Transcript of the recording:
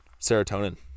serotonin